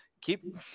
Keep